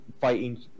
fighting